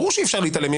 ברור שאי-אפשר להתעלם.